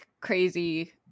crazy